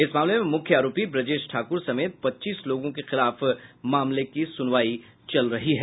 इस मामले में मुख्य आरोपी ब्रजेश ठाकुर समेत पच्चीस लोगों के खिलाफ मामले की सुनवाई चल रही है